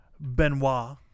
Benoit